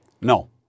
No